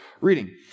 reading